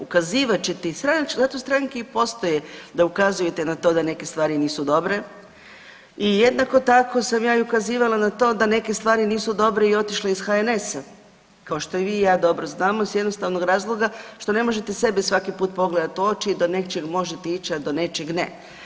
Ukazivat ćete i, zato stranke i postoje da ukazujete na to da neke stvari nisu dobre i jednako tako sam ja i ukazivala na to da neke stvari nisu dobre i otišla iz HNS-a, kao što i vi i ja dobro znamo iz jednostavnog razloga što ne možete sebe svaki put pogledati u oči i do nečeg možete ići, a do nečeg ne.